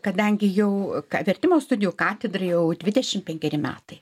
kadangi jau vertimo studijų katedrai jau dvidešim penkeri metai